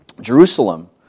Jerusalem